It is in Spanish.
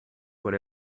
por